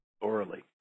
orally